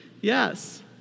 Yes